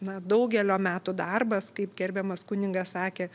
na daugelio metų darbas kaip gerbiamas kunigas sakė